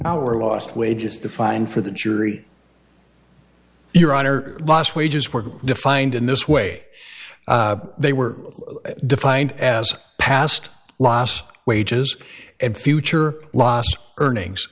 our lost wages defined for the jury your honor lost wages were defined in this way they were defined as past loss wages and future lost earnings